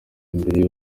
imbere